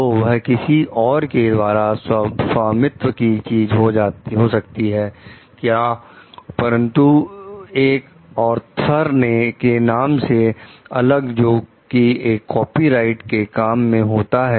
तो वह किसी और के द्वारा स्वामित्व की चीज हो सकती है क्या परंतु एक ऑथर के नाम से अलग जोकि एक कॉपीराइट के काम में होता है